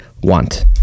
want